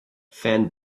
fan